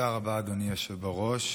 תודה רבה, אדוני היושב בראש.